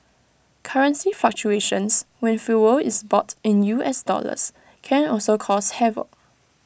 currency fluctuations when fuel is bought in U S dollars can also cause havoc